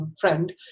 friend